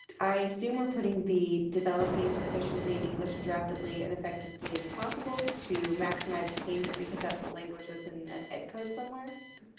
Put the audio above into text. i assume we're putting the developing proficiency in english as rapidly and effectively as possible to maximize attainment because that's the language that's in ed code somewhere?